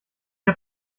der